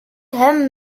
hem